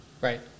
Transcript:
Right